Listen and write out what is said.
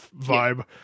vibe